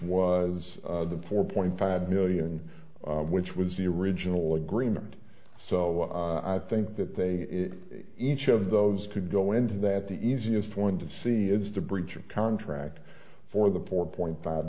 was the four point five million which was the original agreement so i think that they each of those to go into that the easiest one to see is to breach of contract for the pour point five